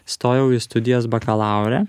stojau į studijas bakalaure